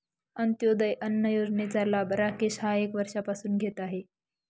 अंत्योदय अन्न योजनेचा लाभ राकेश हा एक वर्षापासून घेत आहे